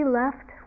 left